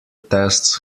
tests